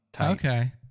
Okay